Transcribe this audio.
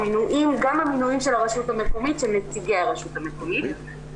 גם המינויים של נציגי הרשות המקומית.